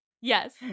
Yes